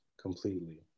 completely